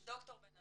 ד"ר בן עמית,